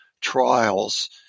trials